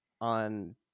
on